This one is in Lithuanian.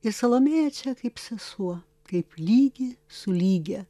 ir salomėja čia kaip sesuo kaip lygi su lygia